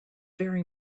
very